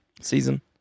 season